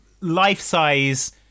life-size